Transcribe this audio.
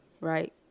right